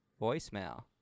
voicemail